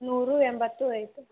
ನೂರು ಎಂಬತ್ತು ಐತೆ